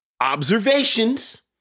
Observations